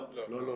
לא.